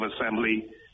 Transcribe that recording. Assembly